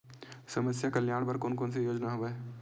समस्या कल्याण बर कोन कोन से योजना हवय?